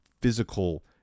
physical